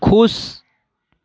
खुश